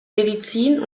medizin